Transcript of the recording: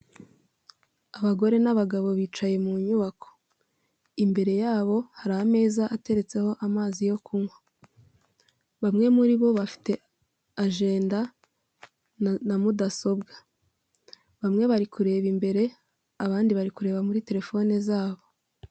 Abagore n'abagabo bicaye mu nyubako imbere yabo hari ameza ateretseho amazi yo kunywa, bamwe muri bo bafite ajenda na mudasobwa, bamwe bari kureba imbere abandi bari kureba muri terefone zabo.